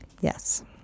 Yes